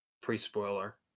pre-spoiler